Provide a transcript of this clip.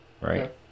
Right